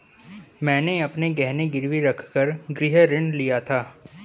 मैंने अपने गहने गिरवी रखकर गृह ऋण लिया था